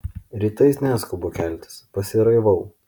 rytais neskubu keltis pasiraivau